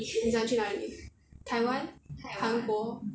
你想去哪里台湾韩国